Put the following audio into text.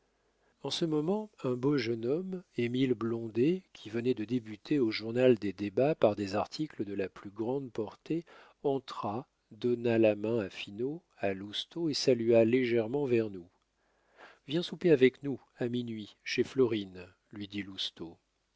en ce moment un beau jeune homme émile blondet qui venait de débuter au journal des débats par des articles de la plus grande portée entra donna la main à finot à lousteau et salua légèrement vernou viens souper avec nous à minuit chez florine lui dit